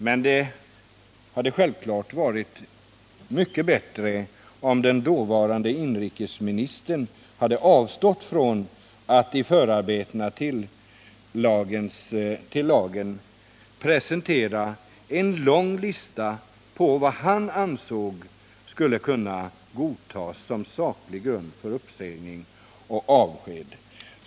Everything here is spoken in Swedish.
Men det hade självfallet varit mycket bättre om den dåvarande inrikesministern hade avstått från att i förarbetena till lagen presentera en lång lista på vad han ansåg skulle kunna godtas som saklig grund för uppsägning och avsked.